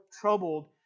troubled